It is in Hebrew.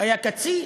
היה קצין,